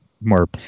More